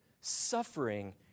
suffering